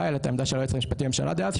אלא את העמדה של היועץ המשפטי לממשלה דאז,